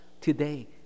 today